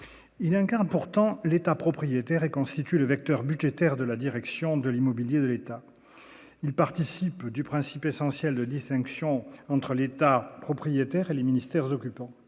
il incarne pourtant l'État propriétaire est constitué de vecteur budgétaire de la direction de l'immobilier de l'État, il participent du principe essentiel de 10 fonctions entre l'État propriétaire et les ministères occupants